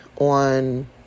on